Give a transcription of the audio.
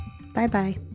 bye-bye